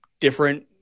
different